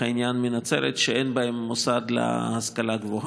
העניין מנצרת ואין בהן מוסד להשכלה גבוהה,